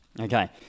Okay